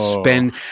spend